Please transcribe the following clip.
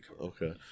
Okay